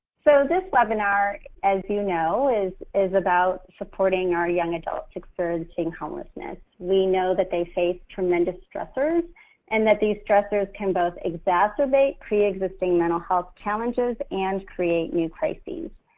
so this webinar, as you know, is is about supporting our young adults experiencing homelessness. we know that they face tremendous stressors and that these stressors can both exacerbate pre-existing mental health challenges and create new crises.